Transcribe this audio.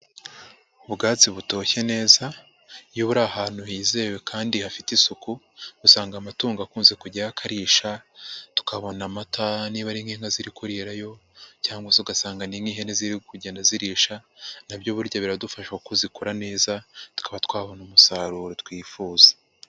Ubwatsi butoshye neza iyo buri ahantu hizewe kandi hafite isuku, usanga amatungo akunze kujyayo akarisha, tukabona amata niba ari nk'inka ziri kurirayo cyangwa se ugasanga ni nk'ihene ziri kugenda zirisha na byo burya biradufasha kuko zikura neza, tukaba twabona umusaruro twifuza.